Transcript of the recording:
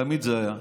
תמיד זה היה.